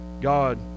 God